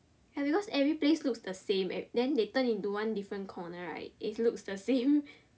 and because every place looks the same leh then they turn into one different corner right it looks the same